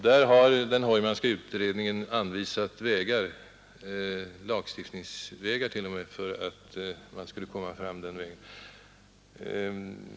Där har den Heumanska utredningen anvisat vägar, t.o.m. lagstiftningsvägar, att komma fram på.